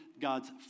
God's